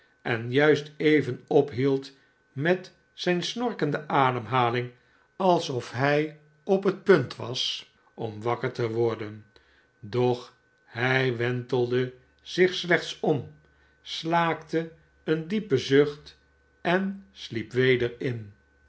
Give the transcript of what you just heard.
en juist even ophield met zijne snorkende ademhaling alsof hij op het punt was om wakker te worden doch hij wentelde zich slechts om slaakte een diepen zucht en sliep weder in